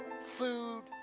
food